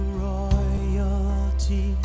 royalty